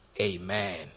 amen